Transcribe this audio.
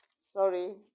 Sorry